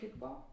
kickball